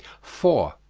four.